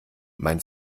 meint